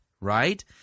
right